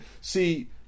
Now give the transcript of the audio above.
see